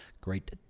great